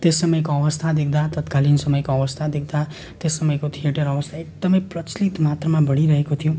त्यस समयको अवस्था देख्दा तत्कालिन समयको अवस्था देख्दा त्यस समयको थिएटर अवस्था एकदमै प्रचलित मात्रामा बढिरहेको थियो